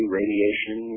radiation